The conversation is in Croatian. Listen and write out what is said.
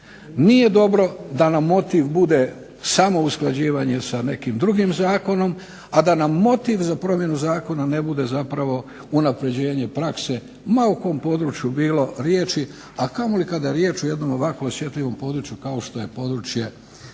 Nije dobro da nam motiv bude samo usklađivanje sa nekim drugim zakonom, a da nam motiv za promjenu zakona ne bude zapravo unapređenje prakse ma u kom području bilo riječi, a kamoli kada je riječ o jednom ovako osjetljivom području kao što je područje